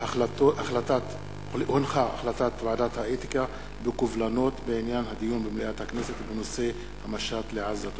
החלטת ועדת האתיקה בקובלנות בעניין הדיון במליאת הכנסת בנושא המשט לעזה.